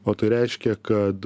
o tai reiškia kad